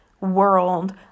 world